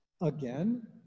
Again